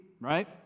right